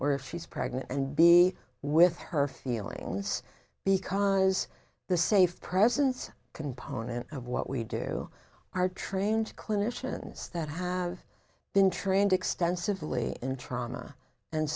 or if she's pregnant and be with her feelings because the safe presence component of what we do are trained clinicians that have been trained extensively in trauma and